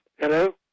Hello